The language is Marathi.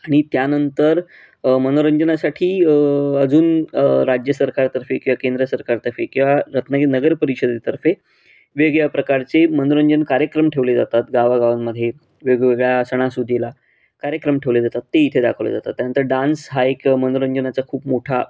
आणि त्यानंतर मनोरंजनासाठी अजून राज्य सरकारतर्फे किंवा केंद्र सरकारतर्फे किंवा रत्नागिरी नगर परिषदेतर्फे वेगळ्या प्रकारचे मनोरंजन कार्यक्रम ठेवले जातात गावागावांमध्ये वेगवेगळ्या सणासुदीला कार्यक्रम ठेवले जातात ते इथे दाखवले जातात त्यानंतर डान्स हा एक मनोरंजनाचा खूप मोठा